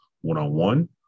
one-on-one